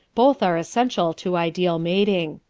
both are essential to ideal mating.